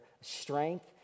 strength